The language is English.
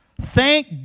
Thank